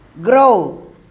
Grow